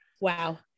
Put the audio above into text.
Wow